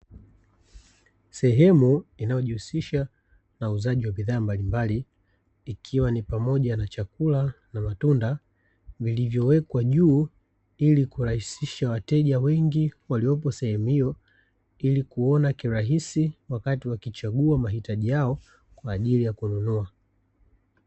Sehemu inayojihusisha na uuzaji wa bidhaa mbalimbali, ikiwa ni pamoja na chakula na matunda, vilivyowekwa juu, ili kurahisisha wateja wengi waliopo sehemu hiyo, ili kuona kirahisi wakati wakichagua mahitaji yao, kwa ajili ya kununua.